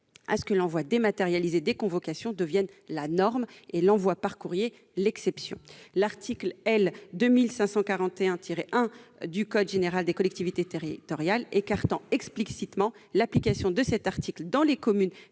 à ce que l'envoi dématérialisé des convocations devienne la norme, et l'envoi par courrier l'exception. L'article L. 2541-1 du code général des collectivités territoriales écartant explicitement l'application de cet article dans les communes